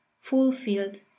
fulfilled